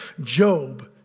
Job